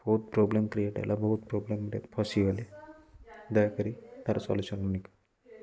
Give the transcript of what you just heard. ବହୁତ problem create ହେଲା ବହୁତ ପ୍ରୋବ୍ଲେମ୍ରେ ଫସି ଗଲି ଦୟାକରି ତାର ସଲ୍ୟୁସନ୍